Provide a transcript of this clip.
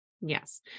yes